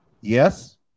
Yes